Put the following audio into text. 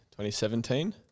2017